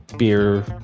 beer